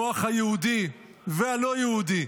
המוח היהודי והלא-יהודי,